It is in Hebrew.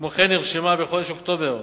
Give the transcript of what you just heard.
כמו כן נרשמה בחודש אוקטובר